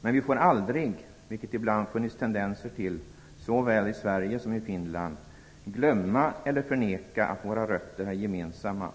Men vi får aldrig - vilket det ibland funnits tendenser till såväl i Sverige som i Finland - glömma eller förneka att våra rötter är gemensamma,